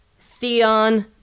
Theon